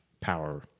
power